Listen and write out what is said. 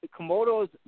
Komodos